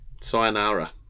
Sayonara